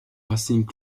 racing